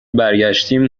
برگشتیم